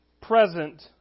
present